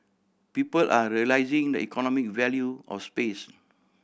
people are realising the economic value of space